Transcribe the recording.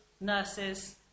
nurses